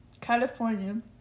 california